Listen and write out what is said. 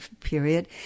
period